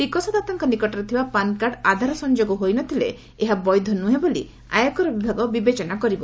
ଟିକସଦାତାଙ୍କ ନିକଟରେ ଥିବା ପାନ୍କାର୍ଡ଼ ଆଧାର ସଂଯୋଗ ହୋଇ ନ ଥିଲେ ଏହା ବୈଧ ନୁହେଁ ବୋଲି ଆୟକର ବିଭାଗ ବିବେଚନା କରିବ